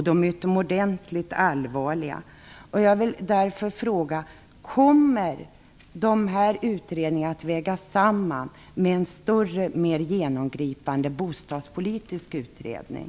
De är utomordentligt allvarliga. Därför vill jag fråga om dessa utredningar kommer att vägas samman med en större och mer genomgripande bostadspolitisk utredning.